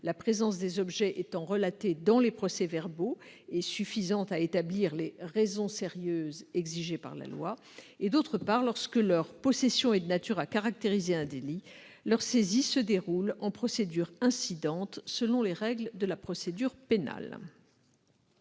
présence relatée dans les procès-verbaux suffisant à établir les raisons sérieuses exigées par la loi ; d'autre part, lorsque leur possession est de nature à caractériser un délit, leur saisie se déroule en procédure incidente, selon les règles de la procédure pénale.